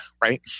right